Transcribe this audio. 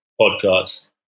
podcast